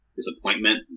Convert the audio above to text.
Disappointment